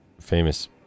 famous